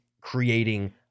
creating